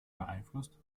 beeinflusst